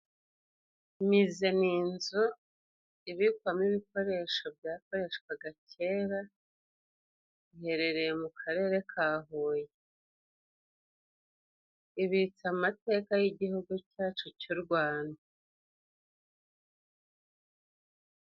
Mize ni inzu ibikwamo ibikoresho byakoreshwaga kera, iherereye mu Karere ka Huye, ibitse amateka y'igihugu cyacu cy'u Rwanda.